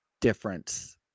Difference